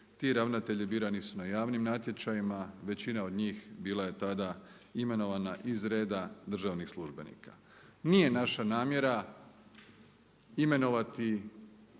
ti ravnatelji birani su na javnim natječajima, većina od njih bila je tada imenovana iz reda državnih službenika. Nije naša namjera imenovati